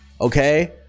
okay